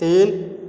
तीन